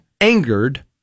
angered